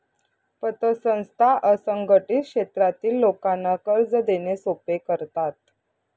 पतसंस्था असंघटित क्षेत्रातील लोकांना कर्ज देणे सोपे करतात